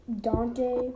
Dante